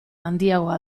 handiagoa